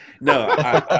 No